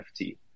NFT